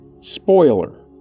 Spoiler